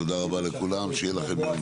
תודה רבה לכולם, שיהיה לכם יום טוב.